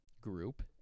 group